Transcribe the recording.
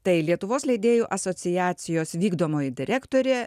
tai lietuvos leidėjų asociacijos vykdomoji direktorė